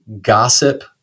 gossip